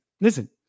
listen